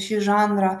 šį žanrą